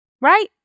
Right